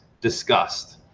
discussed